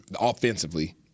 offensively